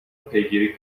پیگیری